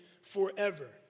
forever